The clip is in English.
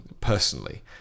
personally